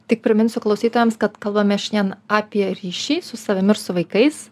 tik priminsiu klausytojams kad kalbame šiandien apie ryšį su savim ir su vaikais